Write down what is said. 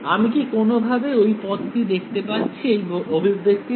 আমি কি কোনও ভাবে ওই পদটি দেখতে পাচ্ছি এই অভিব্যক্তিতে